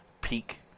peak